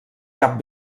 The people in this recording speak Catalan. cap